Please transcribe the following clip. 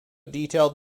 detailed